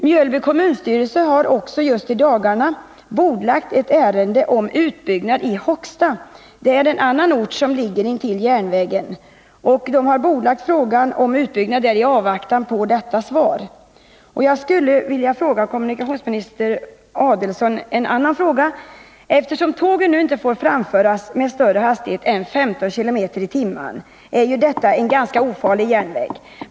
Mjölby kommunstyrelse har just i dagarna bordlagt ett ärende om utbyggnad i Hogstad — en annan ort som ligger intill järnvägen — i avvaktan på detta svar. Jag skulle vilja ställa en annan fråga till kommunikationsministern Adelsohn. Eftersom tågen inte får framföras med större hastighet än 15 km i timmen är detta en ganska ofarlig järnväg.